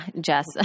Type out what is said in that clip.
Jess